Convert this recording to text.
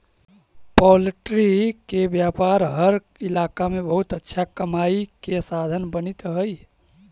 poultry के व्यापार हर इलाका में बहुत अच्छा कमाई के साधन बनित हइ